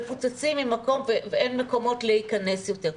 מפוצצים ואין מקומות להכנס יותר.